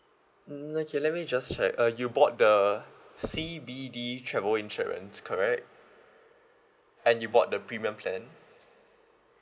mm okay let me just check uh you bought the C B D travel insurance correct and you bought the premium plan